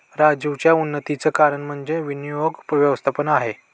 राजीवच्या उन्नतीचं कारण म्हणजे विनियोग व्यवस्थापन आहे